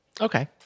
Okay